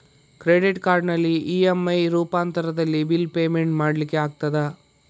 Credit ಕಾರ್ಡಿನಲ್ಲಿ EMI ರೂಪಾಂತರದಲ್ಲಿ bill payment ಮಾಡ್ಲಿಕ್ಕೆ ಆಗ್ತದ?